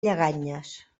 lleganyes